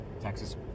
Texas